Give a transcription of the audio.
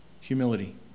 Humility